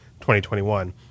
2021